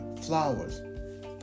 Flowers